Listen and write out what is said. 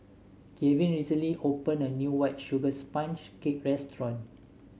Gavin recently opened a new White Sugar Sponge Cake restaurant